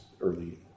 early